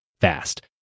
fast